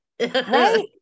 Right